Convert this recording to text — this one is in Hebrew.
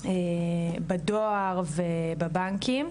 בדואר ובבנקים,